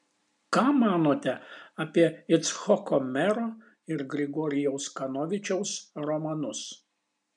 ką manote apie icchoko mero ir grigorijaus kanovičiaus romanus